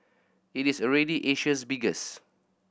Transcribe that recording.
it is already Asia's biggest